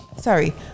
sorry